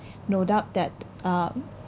no doubt that uh